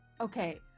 Okay